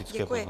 Děkuji.